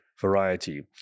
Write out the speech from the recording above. variety